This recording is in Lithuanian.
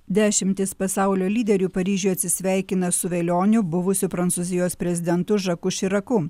dešimtys pasaulio lyderių paryžiuj atsisveikina su velioniu buvusiu prancūzijos prezidentu žaku širaku